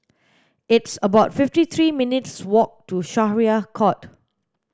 it's about fifty three minutes' walk to Syariah Court